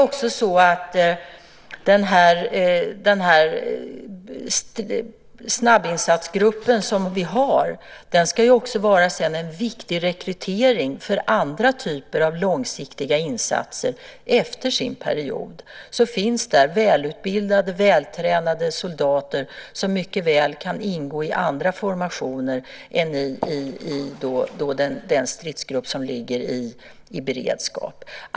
Sedan ska ju den snabbinsatsgrupp vi har också vara en viktig rekrytering för andra typer av långsiktiga insatser efter sin period. Då finns där välutbildade och vältränade soldater som mycket väl kan ingå i andra formationer än i den stridsgrupp som ligger i beredskap.